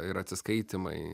ir atsiskaitymai